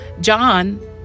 John